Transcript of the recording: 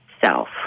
self